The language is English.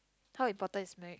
how important is marria~